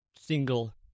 single